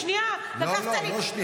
שנייה, לקחת לי --- לא שנייה.